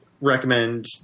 recommend